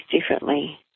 differently